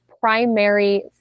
primary